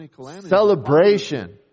celebration